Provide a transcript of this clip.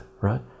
right